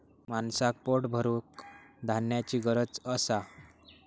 माणसाक पोट भरूक धान्याची गरज असा